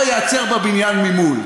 או ייעצר בבניין ממול.